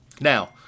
Now